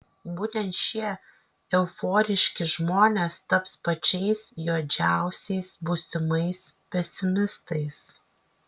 būtent šie euforiški žmonės taps pačiais juodžiausiais būsimais pesimistais